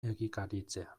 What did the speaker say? egikaritzea